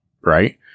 Right